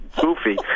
goofy